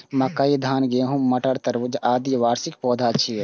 मकई, धान, गहूम, मटर, तरबूज, आदि वार्षिक पौधा छियै